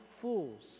fools